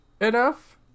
enough